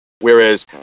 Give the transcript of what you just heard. Whereas